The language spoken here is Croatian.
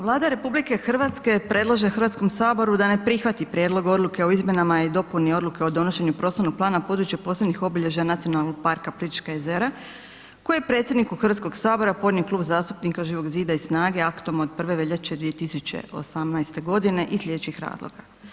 Vlada RH predlaže Hrvatskom saboru da ne prihvati Prijedlog odluke o izmjenama i dopuni odluke o donošenju prostornog plana područja posebnih obilježja NP Plitvička jezera koji je predsjedniku Hrvatskog sabora podnio Klub zastupnika Živog zida i SNAGA-e aktom od 1. veljače 2018. g. iz slijedećih razloga.